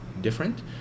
different